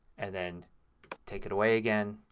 and then take it away again.